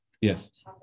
Yes